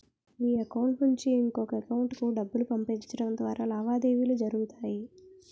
ఈ అకౌంట్ నుంచి ఇంకొక ఎకౌంటుకు డబ్బులు పంపించడం ద్వారా లావాదేవీలు జరుగుతాయి